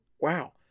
wow